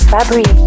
Fabri